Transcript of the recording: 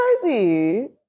crazy